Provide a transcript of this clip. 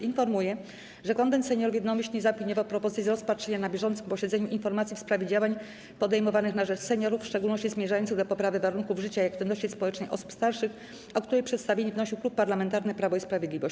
Informuję, że Konwent Seniorów jednomyślnie zaopiniował propozycję rozpatrzenia na bieżącym posiedzeniu informacji w sprawie działań podejmowanych na rzecz seniorów, w szczególności zmierzających do poprawy warunków życia i aktywności społecznej osób starszych, o której przedstawienie wnosił Klub Parlamentarny Prawo i Sprawiedliwość.